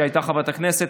שהייתה חברת כנסת,